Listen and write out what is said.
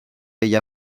ella